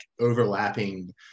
overlapping